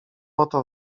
oto